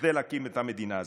כדי להקים את המדינה הזאת.